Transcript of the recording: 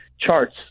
charts